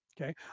Okay